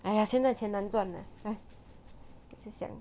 !aiya! 现在钱难赚 lah !hais! 一直想